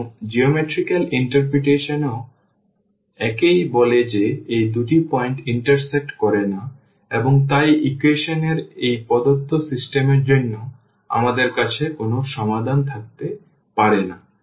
এবং জ্যামিতিক ব্যাখ্যাও একই বলে যে এই দুটি পয়েন্ট ইন্টারসেক্ট করে না এবং তাই ইকুয়েশন এর এই প্রদত্ত সিস্টেম এর জন্য আমাদের কাছে কোনও সমাধান থাকতে পারে না